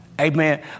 Amen